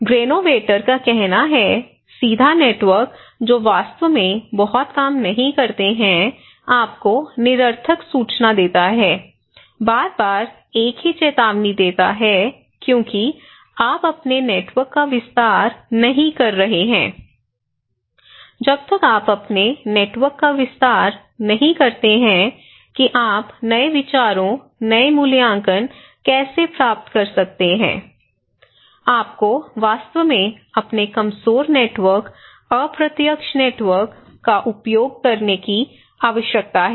Granovetter का कहना है सीधा नेटवर्क जो वास्तव में बहुत काम नहीं करते हैं आपको निरर्थक सूचना देता है बार बार एक ही चेतावनी देता है क्योंकि आप अपने नेटवर्क का विस्तार नहीं कर रहे हैं जब तक आप अपने नेटवर्क का विस्तार नहीं करते हैं कि आप नए विचारों नए मूल्यांकन कैसे प्राप्त कर सकते हैं आपको वास्तव में अपने कमजोर नेटवर्क अप्रत्यक्ष नेटवर्क का उपयोग करने की आवश्यकता है